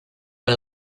con